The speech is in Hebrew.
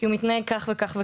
הוא מתנהג כך וכך.